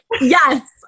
Yes